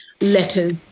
letters